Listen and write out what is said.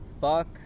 Fuck